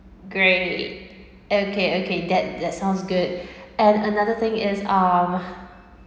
great okay okay that that sounds good and another thing is um